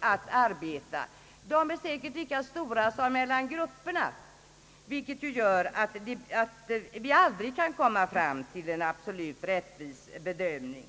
att arbeta säkert är lika stora som skillnaderna grupperna emellan. Detta gör att vi aldrig kan komma fram till en helt rättvis bedömning.